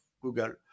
Google